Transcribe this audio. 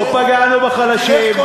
לא פגענו בחלשים,